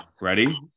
Ready